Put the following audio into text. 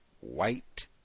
white